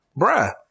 Bruh